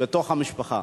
בתוך המשפחה?